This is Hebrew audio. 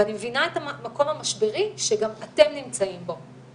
אני מבינה את המקום המשברי שגם אתם נמצאים בו.